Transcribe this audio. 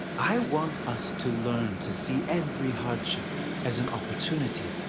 i want us to learn to see every hardship as an opportunity.